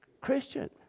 Christian